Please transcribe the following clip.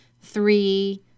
three